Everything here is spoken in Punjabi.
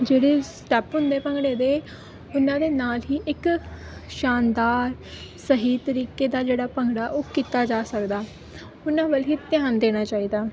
ਜਿਹੜੇ ਸਟੈਪ ਹੁੰਦੇ ਭੰਗੜੇ ਦੇ ਉਹਨਾਂ ਦੇ ਨਾਲ ਹੀ ਇੱਕ ਸ਼ਾਨਦਾਰ ਸਹੀ ਤਰੀਕੇ ਦਾ ਜਿਹੜਾ ਭੰਗੜਾ ਉਹ ਕੀਤਾ ਜਾ ਸਕਦਾ ਉਹਨਾਂ ਵੱਲ ਹੀ ਧਿਆਨ ਦੇਣਾ ਚਾਹੀਦਾ